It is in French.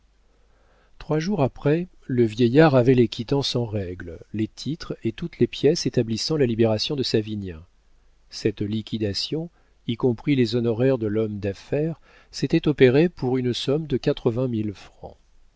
trois jours après le vieillard avait les quittances en règle les titres et toutes les pièces établissant la libération de savinien cette liquidation y compris les honoraires de l'homme d'affaires s'était opérée pour une somme de